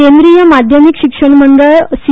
केंद्रीय माध्यमिक शिक्षण मंडळ सी